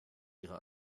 ihre